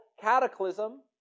cataclysm